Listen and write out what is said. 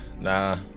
Nah